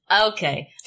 Okay